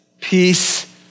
peace